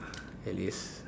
at least